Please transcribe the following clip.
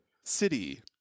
city